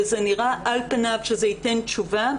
זה נראה על פניו שזה ייתן תשובה,